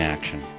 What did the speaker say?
Action